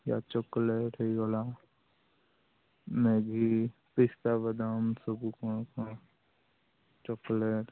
ୟା chocolate ହୋଇଗଲା Maggi ପିସ୍ତା ବାଦାମ ସବୁ କ'ଣ କ'ଣ ଚକଲେଟ୍